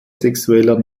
sexueller